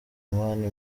mani